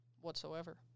whatsoever